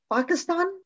Pakistan